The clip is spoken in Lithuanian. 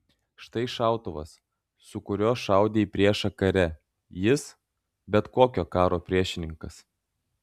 štai šautuvas su kuriuo šaudė į priešą kare jis bet kokio karo priešininkas